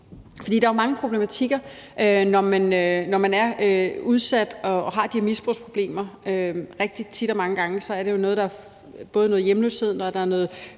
der er jo mange problematikker, når man er udsat og har de her misbrugsproblemer. Rigtig tit og mange gange er det jo noget, hvor der både er noget